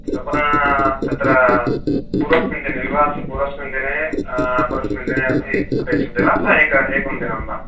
तत्र पूर्वस्मिन् दिने विवाहस्य पूर्वस्मिन् दिने अपरस्मिन् दिने अपि अपेक्ष्यते वा अथवा एक् एकं दिनं वा